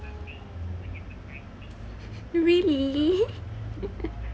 really